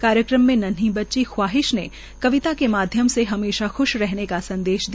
कार्यक्रम में नन्ही बच्ची रूवाहिश ने कविता के माध्यम से हमेशा ख्श रहने का संदेश दिया